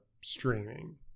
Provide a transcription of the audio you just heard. streaming